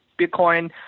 Bitcoin